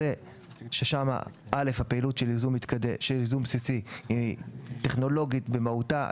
ששם הפעילות של ייזום בסיסי היא טכנולוגית במהותה,